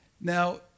Now